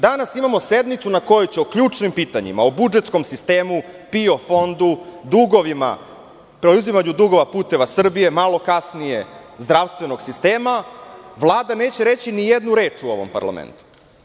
Danas imamo sednicu na kojoj će o ključnim pitanjima, o budžetskom sistemu, PIO Fondu, dugovima, preuzimanju dugova "Puteva Srbije", malo kasnije zdravstvenog sistema, Vlada neće reći ni jednu reč u ovom parlamentu.